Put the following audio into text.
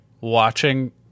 watching